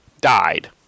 died